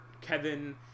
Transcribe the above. Kevin